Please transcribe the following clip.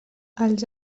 els